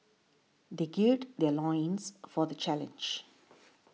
they gird their loins for the challenge